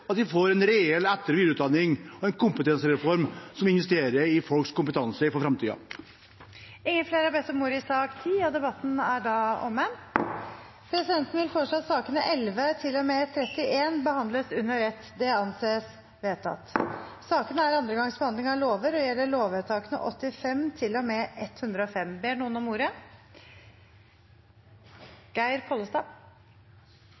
lese de sju forslagene som ligger her. Jeg er spent på om regjeringen vil støtte dette og sørge for at vi får en reell etter- og videreutdanning og en kompetansereform som investerer i folks kompetanse for framtiden. Flere har ikke bedt om ordet til sak nr. 10. Presidenten vil foreslå at sakene nr. 11–31 behandles under ett. – Det anses vedtatt. Sakene er andre gangs behandling av lovsaker og gjelder lovvedtakene 85